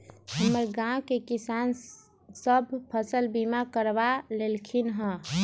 हमर गांव के किसान सभ फसल बीमा करबा लेलखिन्ह ह